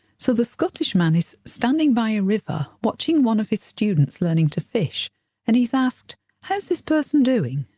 so the scottish man is standing by a river, watching one of his students learning to fish and he's asked how's this person doing,